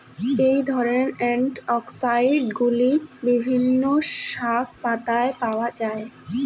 এই ধরনের অ্যান্টিঅক্সিড্যান্টগুলি বিভিন্ন শাকপাতায় পাওয়া য়ায়